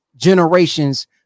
Generations